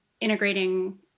integrating